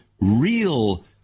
real